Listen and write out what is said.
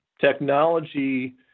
technology